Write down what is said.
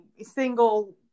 single